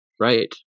Right